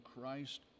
Christ